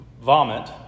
vomit